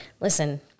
listen